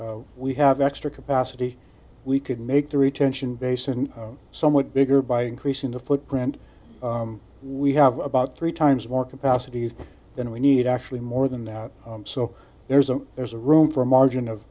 we have extra capacity we could make the retention basin somewhat bigger by increasing the footprint we have about three times more capacity than we need actually more than that so there's a there's a room for a margin of